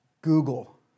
Google